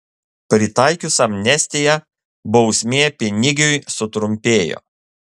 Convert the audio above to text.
pritaikius amnestiją bausmė pinigiui sutrumpėjo